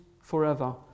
forever